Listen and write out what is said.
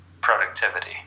productivity